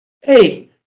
hey